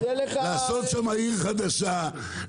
לעשות שם עיר חדשה,